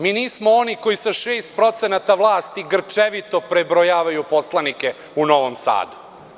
Mi nismo oni koji sa 6% vlasti grčevito prebrojava poslanike u Novom Sadu.